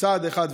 צעד אחד,